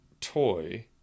toy